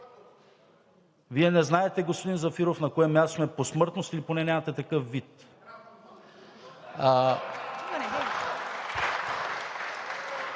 Вие не знаете, господин Зафиров, на кое място сме по смъртност или поне нямате такъв вид.